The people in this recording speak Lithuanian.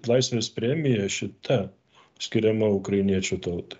laisvės premija šita skiriama ukrainiečių tautai